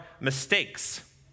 mistakes